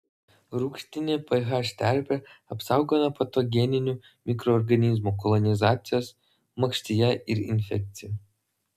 rūgštinė ph terpė apsaugo nuo patogeninių mikroorganizmų kolonizacijos makštyje ir infekcijų